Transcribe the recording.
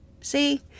see